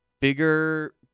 bigger